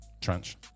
Trench